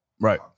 Right